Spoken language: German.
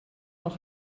noch